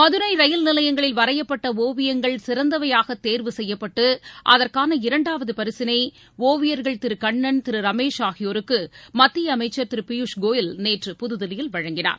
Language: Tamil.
மதுரைரயில் நிலையங்களில் வரையப்பட்டஒவியங்கள் சிறந்தவையாகதேர்வு செய்யப்பட்டுஅதற்கான இரண்டாவதுபரிசினைஒவியர்கள் திருகண்ணன் திருரமேஷ் ஆகியோருக்குமத்தியஅமைச்சர் திருபியூஷ் கோயல் நேற்று புதுதில்லியில் வழங்கினார்